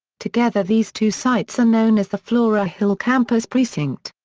together these two sites are known as the flora hill campus precinct.